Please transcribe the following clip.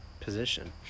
position